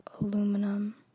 aluminum